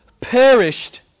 perished